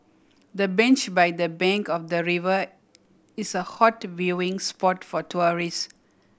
the bench by the bank of the river is a hot viewing spot for tourists